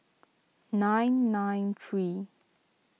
nine nine three